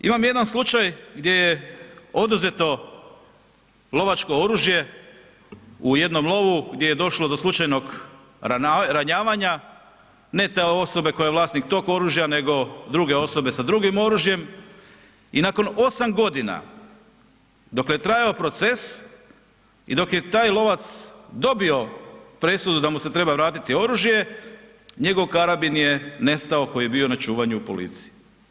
Imam jedan slučaj gdje je oduzeto lovačko oružje u jednom lovu gdje je došlo do slučajnog ranjavanja, ne te osobe koja je vlasnik tog oružja nego druge osobe sa drugim oružjem i nakon 8 godina dok je trajao proces i dok je taj lovac dobio presudu da mu se treba vratiti oružje, njegov karabin je nestao koji je bio na čuvanju u policiji.